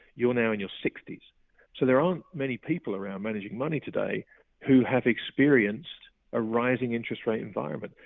you're now in your sixty s. so there aren't many people around managing money today who have experienced a rising interest rate environment.